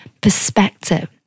perspective